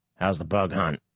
how's the bug hunt?